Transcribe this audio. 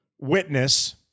witness